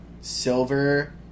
silver